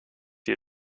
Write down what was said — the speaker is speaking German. die